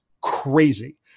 crazy